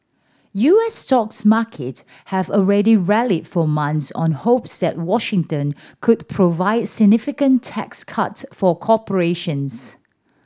U S stocks market have already rallied for months on hopes that Washington could provide significant tax cuts for corporations